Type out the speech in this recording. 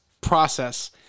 process